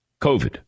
COVID